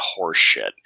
horseshit